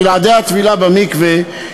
בלעדי הטבילה במקווה,